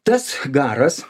tas garas